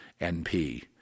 NP